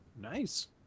nice